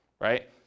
right